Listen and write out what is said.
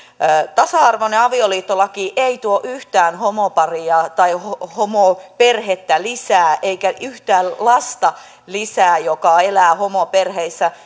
tasa arvoinen avioliittolaki ei tuo yhtään homoparia tai homoperhettä lisää eikä yhtään lisää lapsia jotka elävät homoperheessä